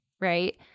Right